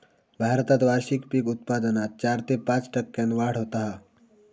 भारतात वार्षिक पीक उत्पादनात चार ते पाच टक्क्यांन वाढ होता हा